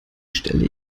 stelle